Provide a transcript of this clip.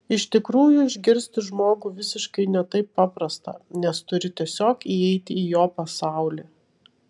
iš tikrųjų išgirsti žmogų visiškai ne taip paprasta nes turi tiesiog įeiti į jo pasaulį